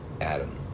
Adam